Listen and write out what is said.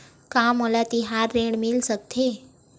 का मोला तिहार ऋण मिल सकथे?